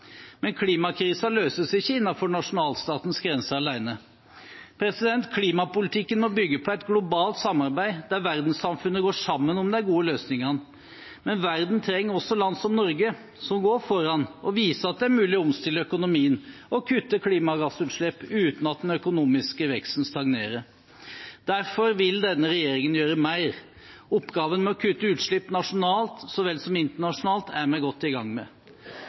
Men klimakrisen løses ikke innenfor nasjonalstatens grenser alene. Klimapolitikken må bygge på et globalt samarbeid, der verdenssamfunnet går sammen om de gode løsningene. Verden trenger også land som Norge, som går foran og viser at det er mulig å omstille økonomien og kutte klimagassutslipp uten at den økonomiske veksten stagnerer. Derfor vil denne regjeringen gjøre mer. Oppgaven med å kutte utslipp nasjonalt så vel som internasjonalt er vi godt i gang med.